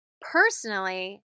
Personally